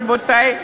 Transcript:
רבותי,